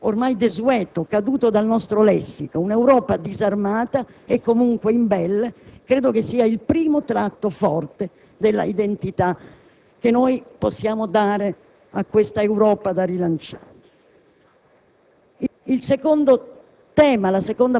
uso questo termine ormai desueto, caduto dal nostro lessico: un'Europa disarmata e comunque imbelle), credo sia il primo tratto forte della identità che noi possiamo dare a questa Europa da rilanciare.